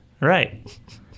right